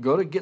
go to get